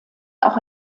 auch